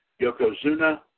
Yokozuna